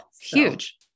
huge